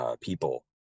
people